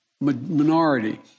minority